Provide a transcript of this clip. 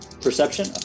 perception